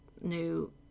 new